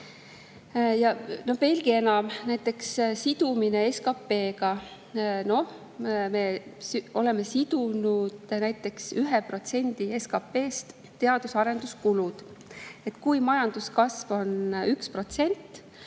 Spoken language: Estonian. Veelgi enam, näiteks sidumine SKP‑ga. Me oleme sidunud näiteks 1%‑ga SKP‑st teadus‑ ja arenduskulud. Kui majanduskasv on 1%